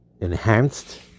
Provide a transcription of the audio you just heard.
enhanced